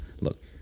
Look